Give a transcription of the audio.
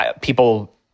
people